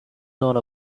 thought